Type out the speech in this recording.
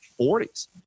40s